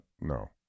No